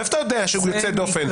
איך אתה יודע שהוא יוצא דופן?